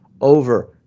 over